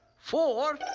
four,